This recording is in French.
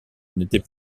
n’était